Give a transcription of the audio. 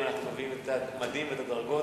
אם אנחנו מביאים את המדים ואת הדרגות,